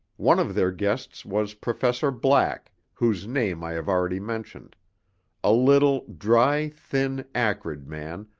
one of their guests was professor black, whose name i have already mentioned a little, dry, thin, acrid man,